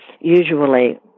usually